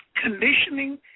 conditioning